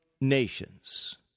nations